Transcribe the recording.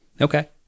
okay